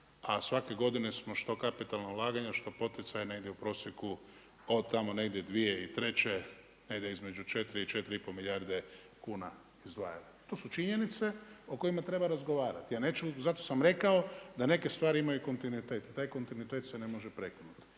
a svake godine smo što kapitalna ulaganja što poticaj negdje u prosjeku od tamo negdje 2003. negdje između 4, 4 i pol milijarde kuna izdvajali. To su činjenice o kojima treba razgovarati, zato sam rekao da neke stvari imaju kontinuitet, taj kontinuitet se ne može prekinut,